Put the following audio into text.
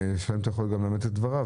והשאלה היא אם אתה יכול לאמת את דבריו,